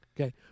Okay